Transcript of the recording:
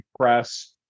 press